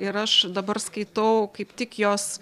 ir aš dabar skaitau kaip tik jos